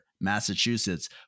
Massachusetts